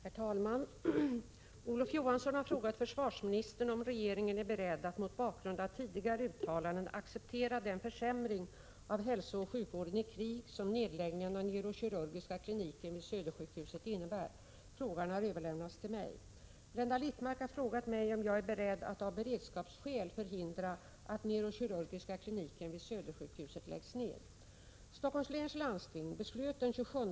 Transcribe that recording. Herr talman! Olof Johansson har frågat försvarsministern om regeringen är beredd att mot bakgrund av tidigare uttalanden acceptera den försämring av hälsooch sjukvården i krig som nedläggningen av neurokirurgiska kliniken vid Södersjukhuset innebär. Frågan har överlämnats till mig. Blenda Littmarck har frågat mig om jag är beredd att av beredskapsskäl förhindra att neurokirurgiska kliniken vid Södersjukhuset läggs ned.